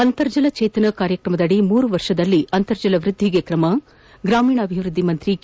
ಅಂತರ್ಜಲ ಚೇತನ ಕಾರ್ಯಕ್ರಮದಡಿ ಮೂರು ವರ್ಷದಲ್ಲಿ ಅಂತರ್ಜಲ ವೃದ್ಧಿಗೆ ್ರಮ ಗ್ರಮೀಣಾಭಿವೃದ್ಧಿ ಸಚಿವ ಕೆ